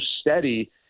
steady